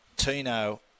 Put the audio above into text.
Tino